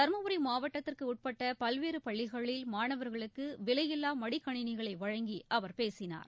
தர்மபுரி மாவட்டத்திற்கு உட்பட்ட பல்வேறு பள்ளிகளில் மாணவர்களுக்கு விலையில்லா மடிக்கணினிகளை வழங்கி அவர் பேசினார்